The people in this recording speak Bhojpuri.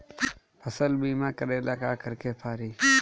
फसल बिमा करेला का करेके पारी?